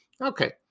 okay